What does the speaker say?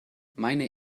meine